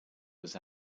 was